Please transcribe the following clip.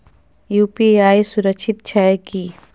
UPI सुरक्षित छै की?